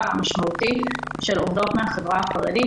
והמשמעותית של עובדות מן החברה החרדית,